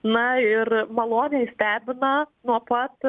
na ir maloniai stebina nuo pat